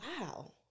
wow